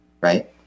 right